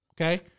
Okay